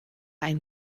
ein